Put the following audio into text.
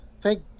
thank